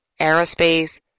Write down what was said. aerospace